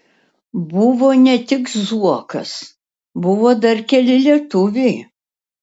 buvo ne tik zuokas buvo dar keli lietuviai